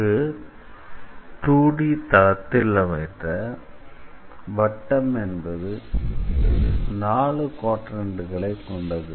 ஒரு 2D தளத்தில் அமைந்த வட்டம் என்பது 4 க்வாட்ரண்ட் களை கொண்டது